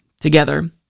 together